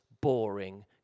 boring